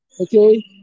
Okay